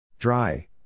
Dry